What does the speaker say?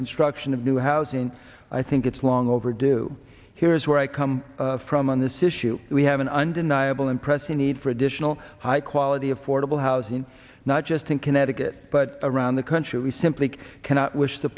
construction of new housing i think it's long overdue here is where i come from on this issue we have an undeniable and pressing need for additional high quality affordable housing not just in connecticut but around the country we simply wish the